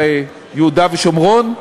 ביהודה ושומרון.